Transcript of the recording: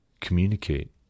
communicate